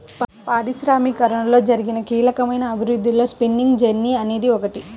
పారిశ్రామికీకరణలో జరిగిన కీలకమైన అభివృద్ధిలో స్పిన్నింగ్ జెన్నీ అనేది ఒకటి